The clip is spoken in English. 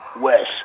Wes